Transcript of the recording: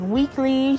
Weekly